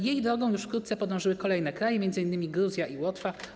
Jej drogą wkrótce podążyły kolejne kraje, m.in. Gruzja i Łotwa.